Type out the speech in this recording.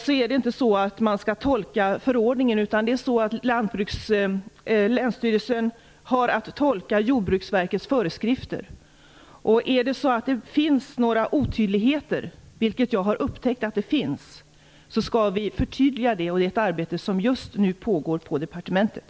Sedan är det inte så att man skall tolka förordningen, utan det är länsstyrelsen som har att tolka Jordbruksverkets föreskrifter. Om det finns några otydligheter, vilket jag har upptäckt att det gör, skall vi göra förtydliganden. Det är ett arbete som just nu pågår på departementet.